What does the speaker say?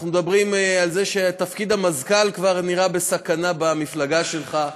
אנחנו מדברים על זה שתפקיד המזכ"ל כבר נראה בסכנה במפלגה שלך,